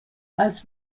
als